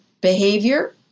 Behavior